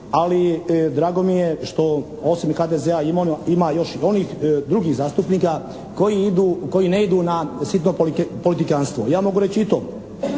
Ali, drago mi je što osim HDZ-a ima još i onih drugih zastupnika koji ne idu na sitno politikanstvo. Ja mogu reći i to